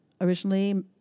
originally